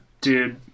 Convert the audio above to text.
Dude